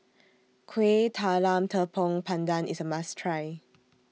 Kuih Talam Tepong Pandan IS A must Try